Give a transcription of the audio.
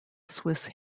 swiss